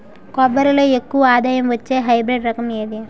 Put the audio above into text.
కొబ్బరి లో ఎక్కువ ఆదాయం వచ్చే హైబ్రిడ్ రకం ఏది?